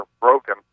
broken